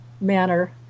manner